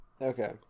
Okay